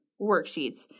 worksheets